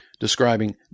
Describing